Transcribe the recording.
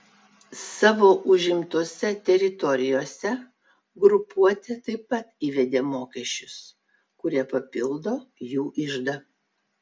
savo užimtose teritorijose grupuotė taip pat įvedė mokesčius kurie papildo jų iždą